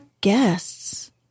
guests